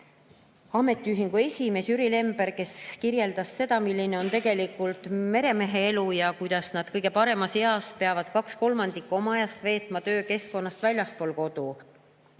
Ametiühingu esimees Jüri Lember, kes kirjeldas seda, milline on tegelikult meremehe elu ja kuidas nad kõige paremas eas peavad kaks kolmandikku oma ajast veetma töökeskkonnas väljaspool kodu.